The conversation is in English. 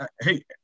hey